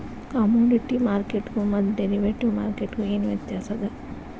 Commodity ಮಾರ್ಕೆಟ್ಗು ಮತ್ತ derivative ಮಾರ್ಕೆಟ್ಗು ಏನ್ ವ್ಯತ್ಯಾಸದ?